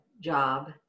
job